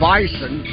Bison